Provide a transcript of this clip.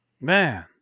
Man